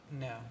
No